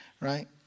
Right